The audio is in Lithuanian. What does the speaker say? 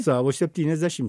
savo septyniasdešim